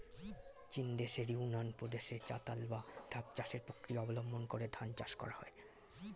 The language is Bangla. চীনদেশের ইউনান প্রদেশে চাতাল বা ধাপ চাষের প্রক্রিয়া অবলম্বন করে ধান চাষ করা হয়